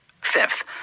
Fifth